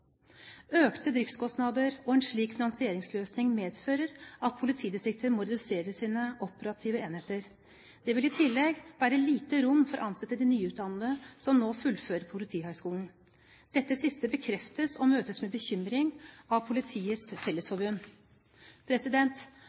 Økte driftskostnader og en slik finansieringsløsning medfører at politidistriktene må redusere sine operative enheter. Det vil i tillegg være lite rom for å ansette de nyutdannede som nå fullfører Politihøgskolen. Dette siste bekreftes og møtes med bekymring av Politiets Fellesforbund.